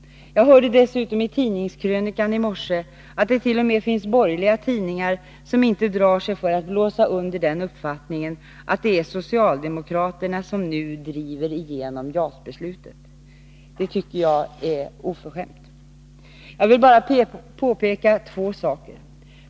Jag hörde dessutom i tidningskrönikan i morse att det t.o.m. finns borgerliga tidningar som inte drar sig för att blåsa under uppfattningen att det är socialdemokraterna som nu driver igenom JAS-beslutet. Det tycker jag är oförskämt. Jag vill bara påpeka två saker.